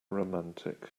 romantic